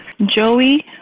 Joey